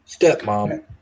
stepmom